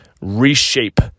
reshape